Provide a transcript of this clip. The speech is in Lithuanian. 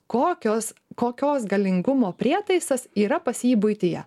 kokios kokios galingumo prietaisas yra pas jį buityje